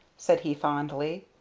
said he fondly.